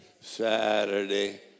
Saturday